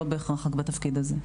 לא בהכרח רק בתפקיד הזה.